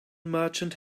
merchant